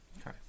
Okay